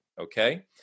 Okay